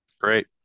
Great